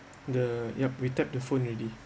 the yup we tap the phone already